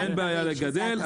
אין בעיה לגדל.